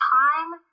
time